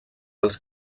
els